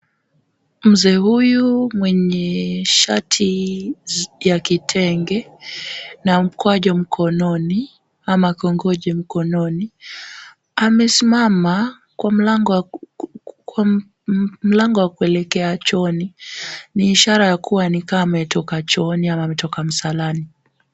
Mzee huyu mwenye shati ya kitenge na mkwaju mkononi ama kongojo mkononi, amesimama kwa mlango wa kuelekea chooni. Ni ishara ya kuwa ni kama ametoka chooni ama ametoka msalani.